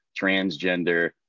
transgender